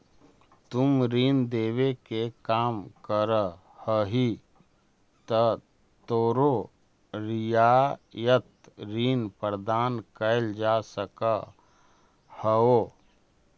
तुम ऋण देवे के काम करऽ हहीं त तोरो रियायत ऋण प्रदान कैल जा सकऽ हओ